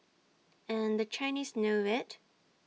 and the Chinese know IT